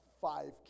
five